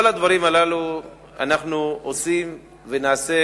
את כל הדברים הללו אנחנו עושים ונעשה